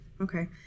Okay